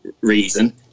reason